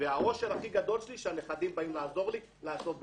והאושר הכי גדול של הוא שהנכדים שלי באים לעזור לי לאסוף ביצים.